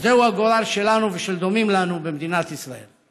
שזהו הגורל שלנו ושל דומים לנו במדינת ישראל.